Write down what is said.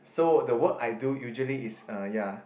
so the work I do usually is uh ya